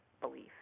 belief